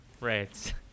right